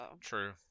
true